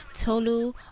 Tolu